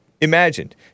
imagined